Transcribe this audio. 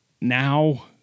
Now